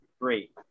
great